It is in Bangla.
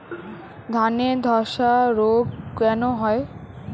ধানে ধসা রোগ কেন হয়?